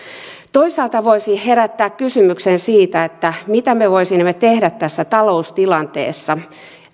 toisaalta voisi herättää kysymyksen siitä mitä me voisimme tehdä tässä taloustilanteessa